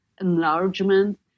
enlargement